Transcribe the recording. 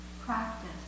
practice